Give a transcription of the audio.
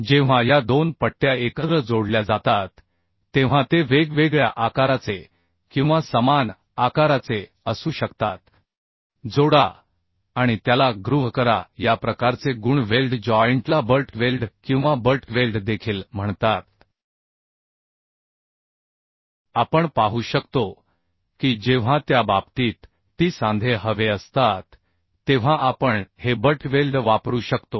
जेव्हा या दोन पट्ट्या एकत्र जोडल्या जातात तेव्हा ते वेगवेगळ्या आकाराचे किंवा समान आकाराचे असू शकतात जोडा आणि त्याला ग्रूव्ह करा या प्रकारचे गुण वेल्ड जॉइंटला बट वेल्ड किंवा बट वेल्ड देखील म्हणतात आपण पाहू शकतो की जेव्हा त्या बाबतीत T सांधे हवे असतात तेव्हा आपण हे बट वेल्ड वापरू शकतो